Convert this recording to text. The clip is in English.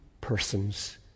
persons